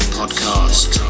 podcast